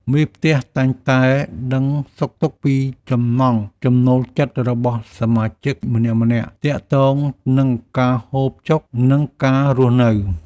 មេផ្ទះតែងតែដឹងសុខទុក្ខពីចំណង់ចំណូលចិត្តរបស់សមាជិកម្នាក់ៗទាក់ទងនឹងការហូបចុក និងការរស់នៅ។